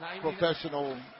professional